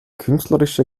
künstlerische